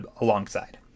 alongside